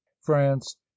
france